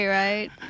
right